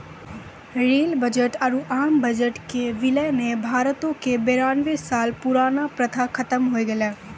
rail budget आरु आम budget के विलय ने भारतो के बेरानवे साल पुरानका प्रथा खत्म होय गेलै